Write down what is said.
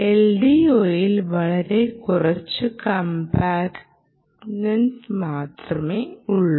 LDOയിൽ വളരെ കുറച്ച് കംപൊണന്റ്സ് മാത്രമേയുള്ളൂ